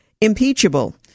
impeachable